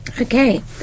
Okay